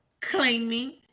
claiming